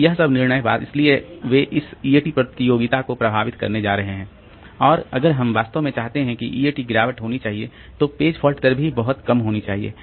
तो यह सब निर्णय इसलिए वे इस ईएटी प्रतियोगिता को प्रभावित करने जा रहे हैं और अगर हम वास्तव में चाहते हैं कि ईएटी गिरावट होनी चाहिए तो पेज फॉल्ट दर भी बहुत कम होनी चाहिए